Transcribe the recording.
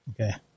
Okay